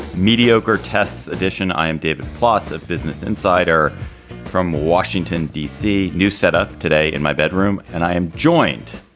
mediocre test edition i am david plotz of business insider from washington, d c, new set up today in my bedroom. and i am joined